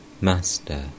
Master